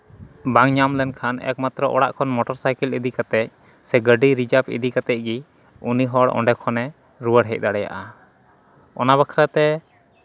ᱵᱟᱝ ᱧᱟᱢ ᱞᱮᱱᱠᱷᱟᱱ ᱮᱠᱢᱟᱛᱛᱨᱚ ᱚᱲᱟᱜ ᱠᱷᱚᱱ ᱢᱚᱴᱚᱨ ᱥᱟᱭᱠᱮᱞ ᱤᱫᱤ ᱠᱟᱛᱮᱫ ᱥᱮ ᱜᱟᱹᱰᱤ ᱨᱤᱡᱟᱨᱵᱷ ᱤᱫᱤ ᱠᱟᱛᱮᱫ ᱜᱮ ᱩᱱᱤ ᱦᱚᱲ ᱚᱸᱰᱮ ᱠᱷᱚᱱᱜᱮ ᱨᱩᱣᱟᱹᱲ ᱦᱮᱡ ᱫᱟᱲᱮᱭᱟᱜᱼᱟ ᱚᱱᱟ ᱵᱟᱠᱷᱨᱟ ᱛᱮ